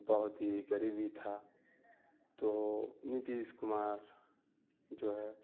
بہت ہی غریبی تھا تو نتیش کمار جو ہے